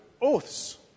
oaths